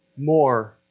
more